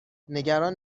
نگران